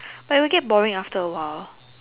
but it will get boring after a while